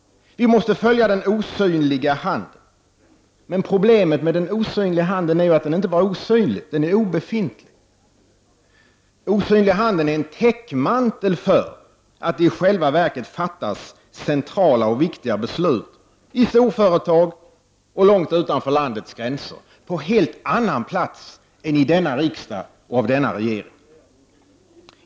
Vi måste följa den osynliga handen. Men problemet med den osynliga handen är att den inte bara är osynlig, den är obefintlig. Den osynliga handen är en täckmantel för att det i själva verket fattas centrala och viktiga beslut i storföretag långt utanför landets gränser, på helt annan plats än i denna riksdag och av denna regering.